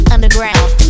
Underground